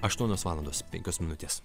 aštuonios valandos penkios minutės